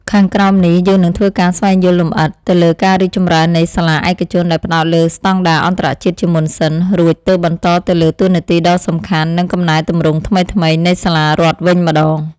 ខាងក្រោមនេះ យើងនឹងធ្វើការស្វែងយល់លម្អិតទៅលើការរីកចម្រើននៃសាលាឯកជនដែលផ្ដោតលើស្ដង់ដារអន្តរជាតិជាមុនសិន រួចទើបបន្តទៅលើតួនាទីដ៏សំខាន់និងកំណែទម្រង់ថ្មីៗនៃសាលារដ្ឋវិញម្ដង។